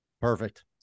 Perfect